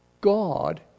God